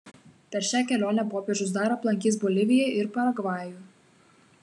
per šią kelionę popiežius dar aplankys boliviją ir paragvajų